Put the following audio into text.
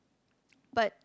but